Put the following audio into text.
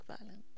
violence